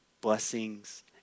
blessings